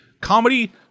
comedy